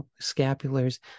scapulars